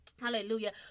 hallelujah